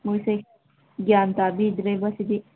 ꯃꯈꯣꯏꯁꯦ ꯒ꯭ꯌꯥꯟ ꯇꯥꯕꯤꯗ꯭ꯔꯦꯕ ꯁꯤꯗꯤ